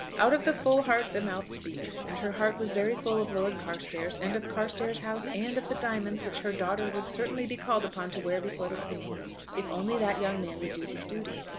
out of the full heart the mouth speaks, and her heart was very full of lord carstairs and of carstairs house, and of the diamonds which her daughter would certainly be called upon to wear before the queen if only that young man would do his duty.